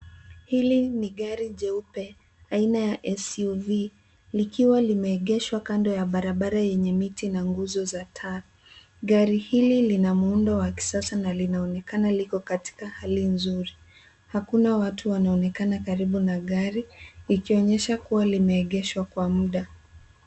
Hili ni gari jeupe aina ya SUV likiwa limeegeshwa kando ya barabara yenye miti na nguzo za taa. Gari hili lina muundo wa kisasa na linaonekana liko katika hali nzuri hakuna watu wanaonekana karibu na gari ikionyesha kuwa limeegeshwa kwa muda.